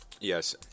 Yes